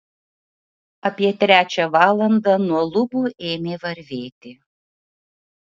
apie trečią valandą nuo lubų ėmė varvėti